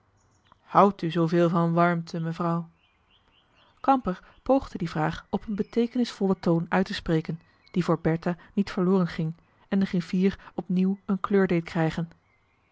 houdt u zooveel van warmte mevrouw kamper poogde die vraag op een beteekenisvollen toon uittespreken die voor bertha niet verloren ging en den griffier op nieuw een kleur deed krijgen